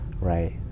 right